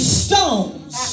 stones